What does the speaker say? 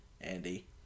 Andy